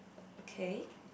okay